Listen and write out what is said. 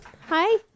Hi